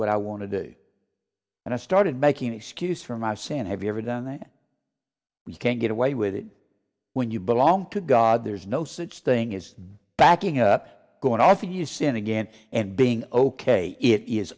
what i want to do and i started making excuses for my santa have you ever done that we can't get away with it when you belong to god there's no such thing as backing up going off you sin again and being ok it is